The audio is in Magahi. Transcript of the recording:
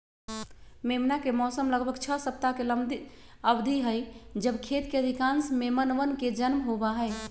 मेमना के मौसम लगभग छह सप्ताह के लंबी अवधि हई जब खेत के अधिकांश मेमनवन के जन्म होबा हई